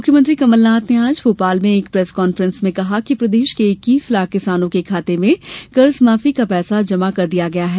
मुख्यमंत्री कमलनाथ ने आज भोपाल में एक प्रेस कांफ्रेंस में कहा कि प्रदेश के इक्कीस लाख किसानों के खाते में कर्जमाफी का पैसा जमा कर दिया गया है